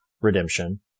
redemption